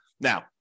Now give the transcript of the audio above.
Now